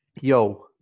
Yo